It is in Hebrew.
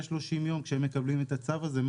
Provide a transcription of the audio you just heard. כשהם מקבלים את הצו הזה,